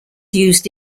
used